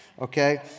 okay